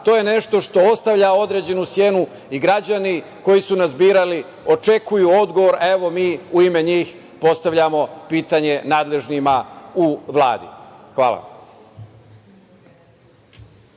To je nešto što ostavlja određenu senku i građani koji su nas birali očekuju odgovor, a evo mi, u ime njih, postavljamo pitanje nadležnima u Vladi. Hvala.